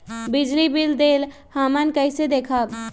बिजली बिल देल हमन कईसे देखब?